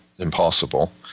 Impossible